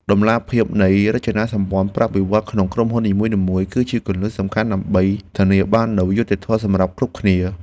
តម្លាភាពនៃរចនាសម្ព័ន្ធប្រាក់បៀវត្សរ៍ក្នុងក្រុមហ៊ុននីមួយៗ គឺជាគន្លឹះសំខាន់ដើម្បីធានាបាននូវយុត្តិធម៌សម្រាប់គ្រប់គ្នា។